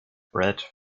bread